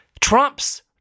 Trump's